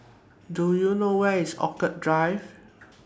Do YOU know Where IS Orchid Drive